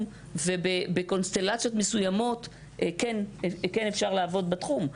ובקונסטלציות מסוימות כן אפשר לעבוד בתחום.